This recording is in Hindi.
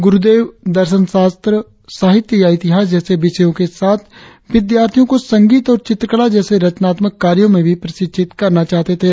उरुदेव दर्शन शास्त्र साहित्य या इतिहास जैसे विषयों के साथ विद्यार्थियों को संगीत और चित्रकला जैसे रचनात्मक कार्यों में भी प्रशिक्षित करना चाहते थे